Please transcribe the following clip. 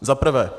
Za prvé.